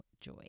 joy